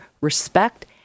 respect